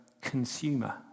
consumer